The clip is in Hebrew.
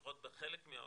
לפחות בחלק מהעולם,